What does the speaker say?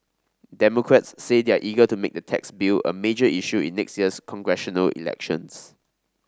democrats say they're eager to make the tax bill a major issue in next year's congressional elections